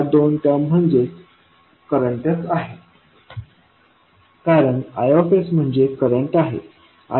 ह्या दोन टर्म म्हणजे करंटच आहे कारण I म्हणजे करंट आहे